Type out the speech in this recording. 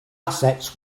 assets